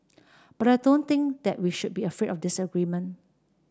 but I don't think that we should be afraid of disagreement